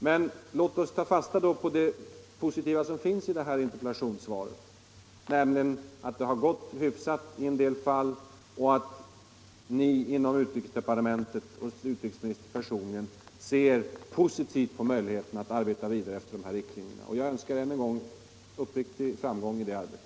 Men låt oss ta fasta på det positiva som finns i det här interpellationssvaret, nämligen att det har gått hyfsat i en del fall och att både UD och utrikesministern personligen ser positivt på möjligheterna att arbeta vidare efter dessa 59 riktlinjer. Jag uttalar än en gång en uppriktig önskan om framgång i det arbetet.